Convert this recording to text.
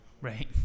Right